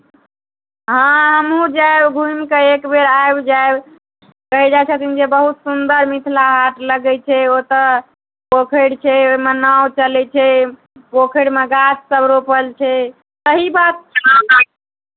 हँ हमहूँ जायब घुमि कऽ एक बेर आबि जायब कहै जाइ छथिन जे बहुत सुन्दर मिथिला हाट लगै छै ओतय पोखरि छै ओहिमे नाव चलै छै पोखरिमे गाछसभ रोपल छै